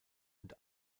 und